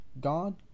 God